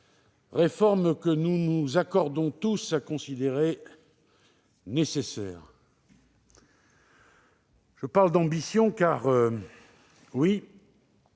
réforme que nous nous accordons tous à considérer comme nécessaire. Je parle d'ambition, car ce